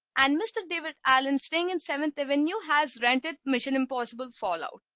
and mr. david allen staying in seventh. avenue has rented mission impossible fall out.